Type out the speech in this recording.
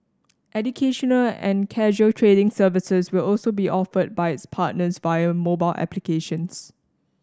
educational and casual trading services will also be offered by its partners via mobile applications